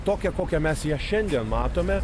tokią kokią mes ją šiandien matome